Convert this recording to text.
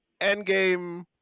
Endgame